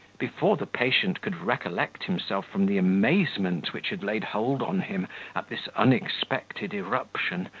before the patient could recollect himself from the amazement which had laid hold on him at this unexpected irruption,